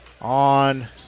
on